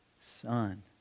Son